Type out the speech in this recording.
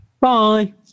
bye